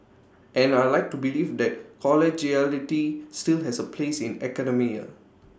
and I'd like to believe that collegiality still has A place in academia